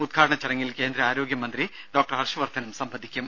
ഉദ്ഘാടന ചടങ്ങിൽ കേന്ദ്ര ആരോഗ്യമന്ത്രി ഡോക്ടർ ഹർഷ വർദ്ധനും സംബന്ധിക്കും